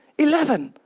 eleven,